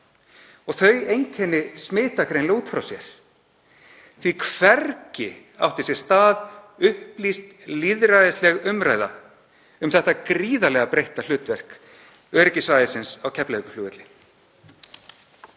Þau einkenni smita greinilega út frá sér því að hvergi átti sér stað upplýst lýðræðisleg umræða um þetta gríðarlega breytta hlutverk öryggissvæðisins á Keflavíkurflugvelli.